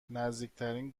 نزدیکترین